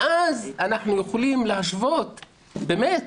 ואז אנחנו יכולים להשוות באמת